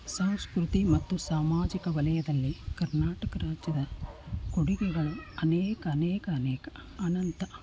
ಸಂಸ್ಕೃತಿ ಮತ್ತು ಸಾಮಾಜಿಕ ವಲಯದಲ್ಲಿ ಕರ್ನಾಟಕ ರಾಜ್ಯದ ಕೊಡುಗೆಗಳು ಅನೇಕ ಅನೇಕ ಅನೇಕ ಅನಂತ